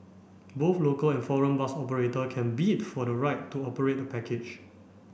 both local and foreign bus operator can bid for the right to operate the package